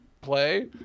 play